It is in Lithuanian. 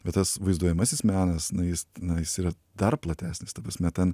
bet tas vaizduojamasis menas na jis na jis yra dar platesnis ta prasme ten